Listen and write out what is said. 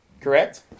correct